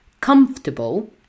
comfortable